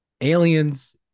aliens